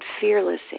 fearless